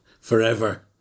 forever